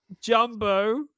Jumbo